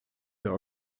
der